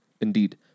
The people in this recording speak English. Indeed